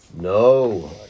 No